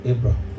Abraham